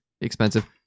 expensive